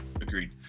agreed